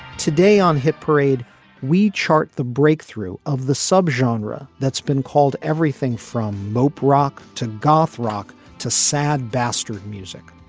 today on hit parade we chart the breakthrough of the subgenre that's been called everything from mope rock to goth rock to sad bastard music.